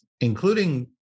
including